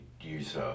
use